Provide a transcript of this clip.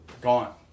Gone